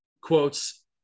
quotes